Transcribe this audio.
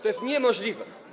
To jest niemożliwe.